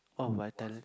oh Vitality